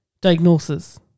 diagnosis